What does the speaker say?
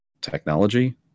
technology